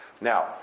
Now